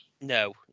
No